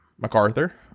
MacArthur